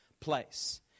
place